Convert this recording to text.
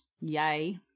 Yay